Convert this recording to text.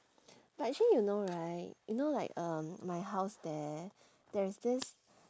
but actually you know right you know like um my house there there is this